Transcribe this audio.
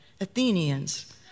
Athenians